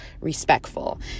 respectful